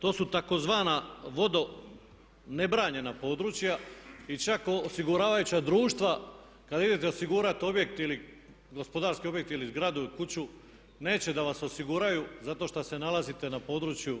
To su tzv. vodo nebranjena područja i čak osiguravajuća društva kad idete osigurati objekt ili gospodarski objekt ili zgradu ili kuću neće da vas osiguraju zato šta se nalazite na području,